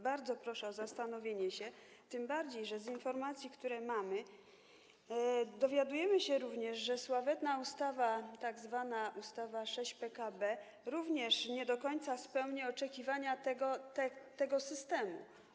Bardzo więc proszę o zastanowienie się, tym bardziej że z informacji, które mamy, dowiadujemy się również, że sławetna ustawa, tzw. ustawa 6% PKB, również nie do końca spełnia oczekiwania tego systemu.